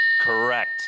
Correct